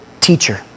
teacher